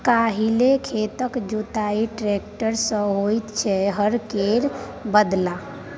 आइ काल्हि खेतक जोताई टेक्टर सँ होइ छै हर केर बदला